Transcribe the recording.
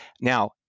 Now